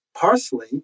parsley